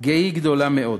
גיא גדולה מאוד.